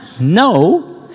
No